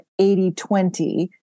80-20